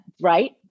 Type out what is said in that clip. Right